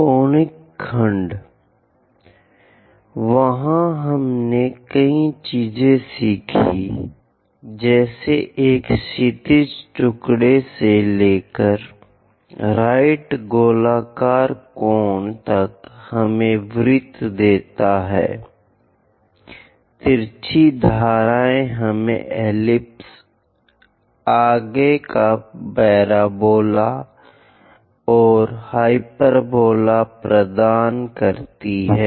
कोणिक section V कोणिक खंड वहां हमने कई चीजें सीखी हैं जैसे एक क्षैतिज टुकड़ा से लेकर राइट गोलाकार कोन तक हमें वृत्त देता है तिरछी धारें हमें एलिप्स आगे का परबोला और हाइपरबोला प्रदान करती हैं